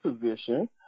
position